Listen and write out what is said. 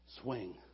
swing